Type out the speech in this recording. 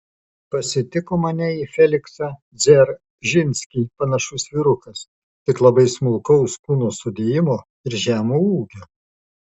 pasitiko mane į feliksą dzeržinskį panašus vyrukas tik labai smulkaus kūno sudėjimo ir žemo ūgio